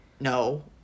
No